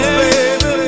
baby